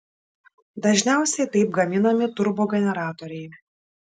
dažniausiai taip gaminami turbogeneratoriai